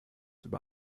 über